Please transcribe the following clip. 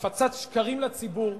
הפצת שקרים לציבור.